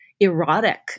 Erotic